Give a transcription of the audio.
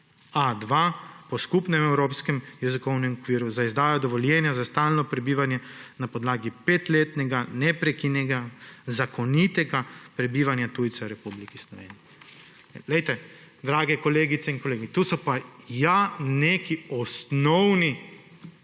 A2 po skupnem evropskem jezikovnem okviru za izdajo dovoljenja za stalno prebivanje na podlagi petletnega neprekinjenega zakonitega prebivanja tujcev v Republiki Sloveniji.« Drage kolegice in kolegi! To so pa ja neki osnovni